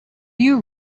you